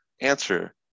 answer